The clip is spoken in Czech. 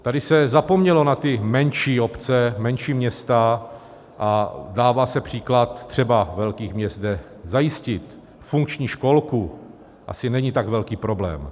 Tady se zapomnělo na ty menší obce, menší města, a dává se příklad třeba velkých měst, kde zajistit funkční školku asi není tak velký problém.